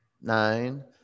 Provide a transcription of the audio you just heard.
nine